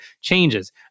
changes